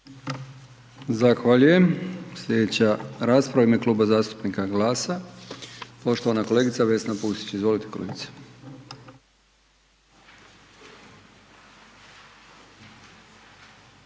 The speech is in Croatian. Zahvaljujem. Slijedeća rasprava, u ime Kluba zastupnika GLAS-a, poštovana kolegica Vesna Pusić, izvolite kolegice.